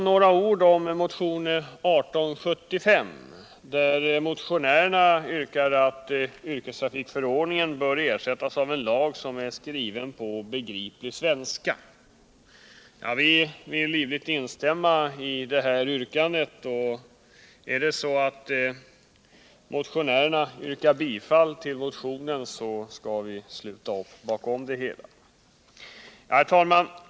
Några ord om motionen 1875, där motionärerna yrkar att yrkestrafikförordningen bör ersättas med en lag som är skriven på begriplig svenska. Vi vill livligt instämma i detta yrkande. Om motionärerna yrkar bifall till motionen, skall vi sluta upp bakom detta yrkande.